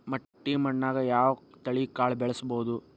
ಮಟ್ಟಿ ಮಣ್ಣಾಗ್, ಯಾವ ತಳಿ ಕಾಳ ಬೆಳ್ಸಬೋದು?